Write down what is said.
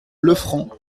lefranc